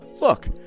Look